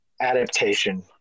adaptation